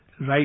right